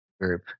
group